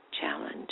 challenge